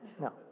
No